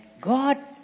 God